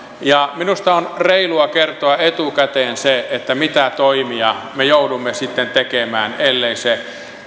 ja minusta on reilua kertoa etukäteen se mitä toimia me joudumme sitten tekemään ellei se